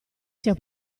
sia